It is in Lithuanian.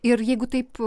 ir jeigu taip